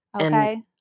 Okay